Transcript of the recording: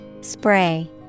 Spray